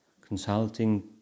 consulting